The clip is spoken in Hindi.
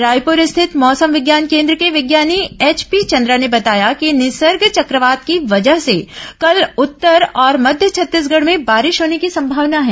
रायपुर स्थित मौसम विज्ञान केन्द्र के विज्ञानी एचपी चंद्रा ने बताया कि निसर्ग चक्रवात की वजह से कल उत्तर और मध्य छत्तीसगढ़ में बारिश होने की संभावना है